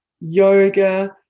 yoga